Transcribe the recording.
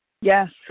Yes